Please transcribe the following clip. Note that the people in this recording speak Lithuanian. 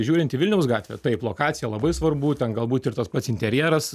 žiūrint į vilniaus gatvę taip lokacija labai svarbu ten galbūt ir tas pats interjeras